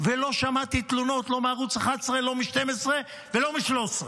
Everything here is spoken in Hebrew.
ולא שמעתי תלונות לא מערוץ 11, לא מ-12 ולא מ-13.